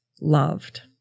loved